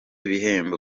bihembo